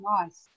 Nice